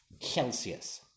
Celsius